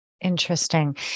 Interesting